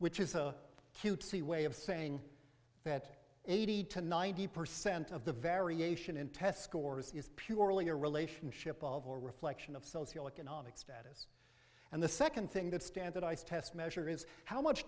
which is a cutesy way of saying that eighty to ninety percent of the variation in test scores is purely a relationship of a reflection of socioeconomic status and the second thing that standardized tests measure is how much